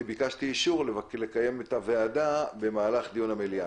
כי ביקשתי אישור לקיים את הישיבה במהלך דיון המליאה.